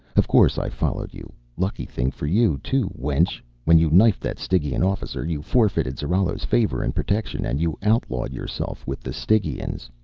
of course i followed you. lucky thing for you, too, wench! when you knifed that stygian officer, you forfeited zarallo's favor and protection, and you outlawed yourself with the stygians.